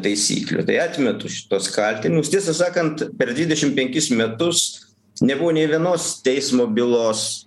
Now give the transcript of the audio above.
taisyklių tai atmetu šituos kaltinimus tiesą sakant per dvidešim penkis metus nebuvo nė vienos teismo bylos